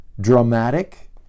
dramatic